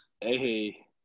Hey